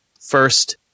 first